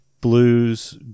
blues